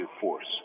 force